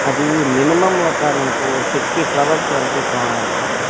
అది మినిమం ఒక నాకు ఫిఫ్టీ ఫ్లవర్స్ వరకు కావాలి